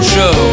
Show